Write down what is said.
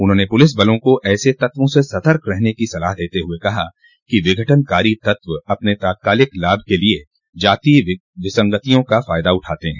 उन्होंने पुलिस बलों को ऐसे तत्वों से सतर्क रहने की सलाह देते हुए कहा कि विघटनकारी तत्व अपने तात्कालिक लाभ के लिए जातीय विसंगतियों का फायदा उठाते हैं